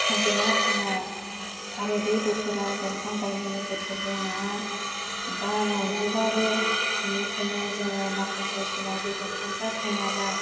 थांगोना थाङा आरो बे बोथोरा दंफां गायनायनि बोथोरबो नङा बा नंजोबाबो बेनिखायनो जोङो माखासे समाव बे दंफांफ्रा थाङाबा